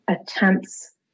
attempts